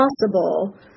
possible